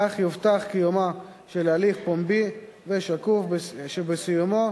כך יובטח קיומו של הליך פומבי ושקוף שבסיומו,